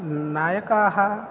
नायकाः